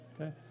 Okay